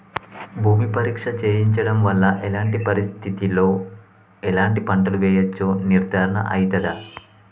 భూమి పరీక్ష చేయించడం వల్ల ఎలాంటి పరిస్థితిలో ఎలాంటి పంటలు వేయచ్చో నిర్ధారణ అయితదా?